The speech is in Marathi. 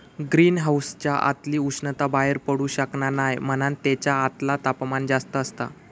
ग्रीन हाउसच्या आतली उष्णता बाहेर पडू शकना नाय म्हणान तेच्या आतला तापमान जास्त असता